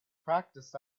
practiced